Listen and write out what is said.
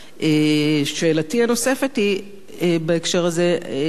שאלתי הנוספת בהקשר הזה היא ראשית,